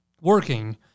working